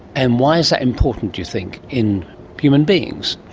and why is that important, do you think, in human beings?